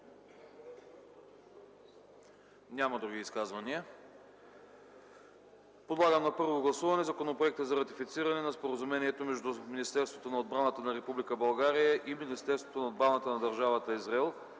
Няма. Други изказвания? Няма. Подлагам на първо гласуване Законопроекта за ратифициране на Споразумението между Министерството на отбраната на Република България и Министерството на отбраната на Държавата Израел